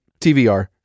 TVR